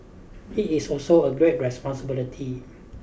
it is also a great responsibility